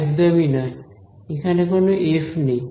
একদমই নয় এখানে কোন এফ নেই